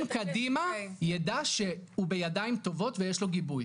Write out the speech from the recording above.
קדימה יידע שהוא בידיים טובות ושיש לו גיבוי.